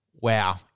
Wow